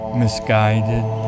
misguided